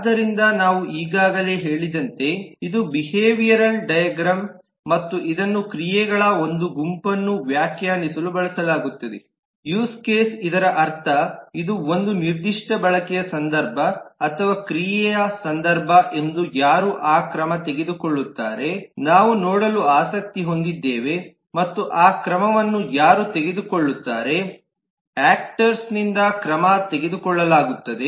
ಆದ್ದರಿಂದ ನಾವು ಈಗಾಗಲೇ ಹೇಳಿದಂತೆ ಇದು ಬಿಹೇವಿಯರಲ್ ಡೈಗ್ರಾಮ್ ಮತ್ತು ಇದನ್ನು ಕ್ರಿಯೆಗಳ ಒಂದು ಗುಂಪನ್ನು ವ್ಯಾಖ್ಯಾನಿಸಲು ಬಳಸಲಾಗುತ್ತದೆ ಯೂಸ್ ಕೇಸ್ ಇದರರ್ಥ ಇದು ಒಂದು ನಿರ್ದಿಷ್ಟ ಬಳಕೆಯ ಸಂದರ್ಭ ಅಥವಾ ಕ್ರಿಯೆಯ ಸಂದರ್ಭ ಎಂದು ಯಾರು ಆ ಕ್ರಮ ತೆಗೆದುಕೊಳ್ಳುತ್ತಾರೆ ನಾವು ನೋಡಲು ಆಸಕ್ತಿ ಹೊಂದಿದ್ದೇವೆ ಮತ್ತು ಆ ಕ್ರಮವನ್ನು ಯಾರು ತೆಗೆದುಕೊಳ್ಳುತ್ತಾರೆಯಾಕ್ಟರ್ ನಿಂದ ಕ್ರಮ ತೆಗೆದುಕೊಳ್ಳಲಾಗುತ್ತದೆ